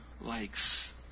likes